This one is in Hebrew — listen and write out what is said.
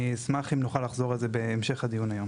אני אשמח אם נוכל לחזור לזה בהמשך הדיון היום,